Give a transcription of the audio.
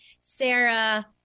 Sarah